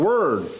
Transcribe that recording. Word